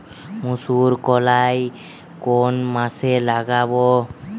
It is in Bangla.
মুসুরকলাই কোন মাসে লাগাব?